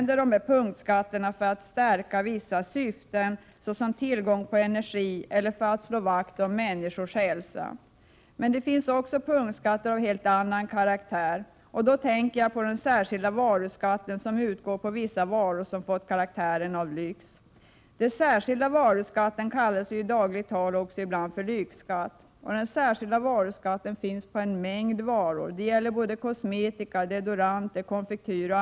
Dessa punktskatter används för att stärka vissa syften, såsom tillgång på energi eller för att slå vakt om människors hälsa. Det finns också punktskatter av helt annan karaktär, och jag tänker då på den särskilda varuskatten som utgår på vissa varor som fått karaktären av lyx. Den särskilda varuskatten kallas i dagligt tal ibland för lyxskatt, och den särskilda varuskatten finns på en mängd varor, t.ex. kosmetika, deodorant och konfektyr.